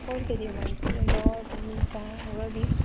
হ'ল কেইদিনমান জ্বৰ বমি গা মূৰৰ বিষ